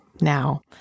now